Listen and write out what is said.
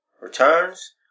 returns